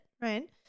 right